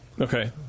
Okay